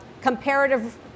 comparative